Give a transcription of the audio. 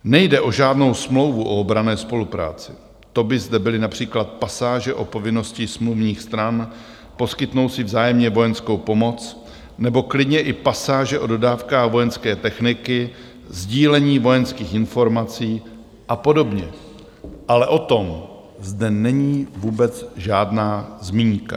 Nejde o žádnou smlouvu o obranné spolupráci, to by zde byly například pasáže o povinnosti smluvních stran poskytnout si vzájemně vojenskou pomoc nebo klidně i pasáže o dodávkách vojenské techniky, sdílení vojenských informací a podobně, ale o tom zde není vůbec žádná zmínka.